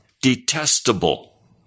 detestable